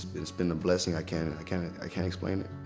it's been a blessing, i can't kind of i can't explain it.